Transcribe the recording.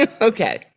okay